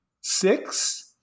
six